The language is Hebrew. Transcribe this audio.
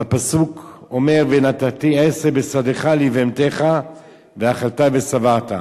והפסוק אומר: "ונתתי עשב בשדך לבהמתך ואכלת ושבעת".